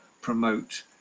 promote